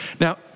Now